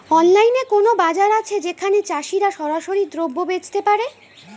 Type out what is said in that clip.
অনলাইনে কোনো বাজার আছে যেখানে চাষিরা সরাসরি দ্রব্য বেচতে পারে?